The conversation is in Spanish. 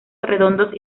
redondos